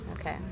okay